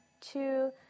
two